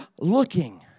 looking